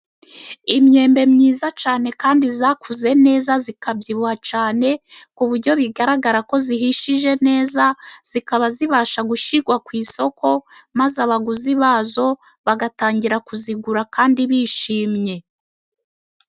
Imyembe myiza cyane kandi zakuze neza zikabyibuha cyane, ku buryo bigaragara ko zihishije neza zikaba zibasha gushirwa ku isoko, maze abaguzi bazo bagatangira kuzigura kandi bishimye.